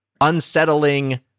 unsettling